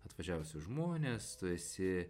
atvažiavusius žmones tu esi